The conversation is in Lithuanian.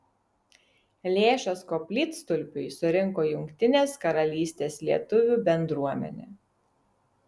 lėšas koplytstulpiui surinko jungtinės karalystės lietuvių bendruomenė